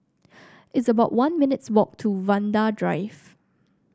it's about one minutes' walk to Vanda Drive